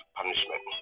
punishment